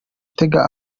tega